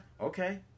okay